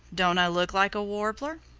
don't i look like a warbler?